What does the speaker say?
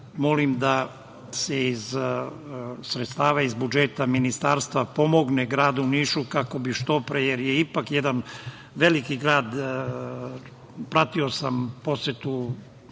molim da se iz sredstava iz budžeta ministarstva pomogne gradu Nišu kako bi što pre to sredio. Ipak je to jedan veliki grad. Pratio sam posetu